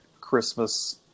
Christmas